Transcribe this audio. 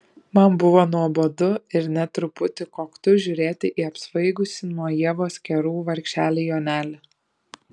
man buvo nuobodu ir net truputį koktu žiūrėti į apsvaigusį nuo ievos kerų vargšelį jonelį